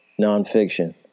nonfiction